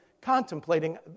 contemplating